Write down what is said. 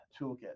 toolkit